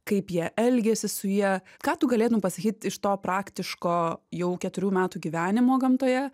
kaip jie elgiasi su ja ką tu galėtum pasakyt iš to praktiško jau keturių metų gyvenimo gamtoje